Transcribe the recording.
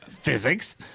physics